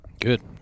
Good